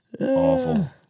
awful